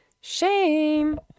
shame